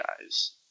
guys